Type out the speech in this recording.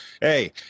hey